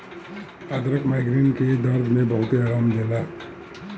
अदरक माइग्रेन के दरद में बहुते आराम देला